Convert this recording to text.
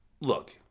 Look